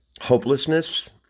hopelessness